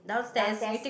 downstairs